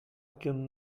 can